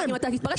אל תצעק.